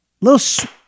Little